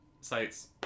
sites